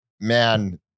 man